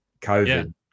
COVID